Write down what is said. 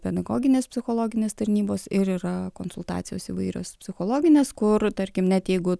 pedagoginės psichologinės tarnybos ir yra konsultacijos įvairios psichologinės kur tarkim net jeigu